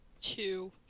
Two